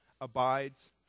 abides